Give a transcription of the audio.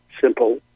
Simple